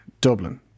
Dublin